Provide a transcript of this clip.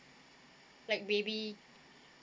like baby